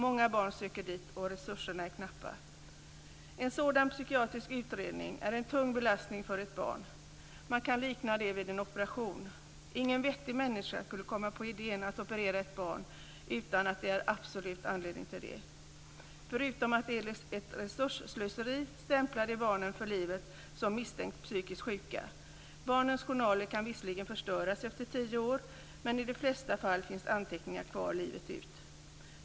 Många barn söker dit, och resurserna är knappa. En sådan psykiatrisk utredning är en tung belastning för ett barn. Man kan likna det vid en operation. Ingen vettig människa skulle komma på idén att operera ett barn utan att det finns en absolut anledning till det. Förutom att det är ett resursslöseri stämplar det barnen för livet som misstänkt psykiskt sjuka. Barnens journaler kan visserligen förstöras efter tio år, men i de flesta fall finns anteckningar kvar livet ut.